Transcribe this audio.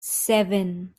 seven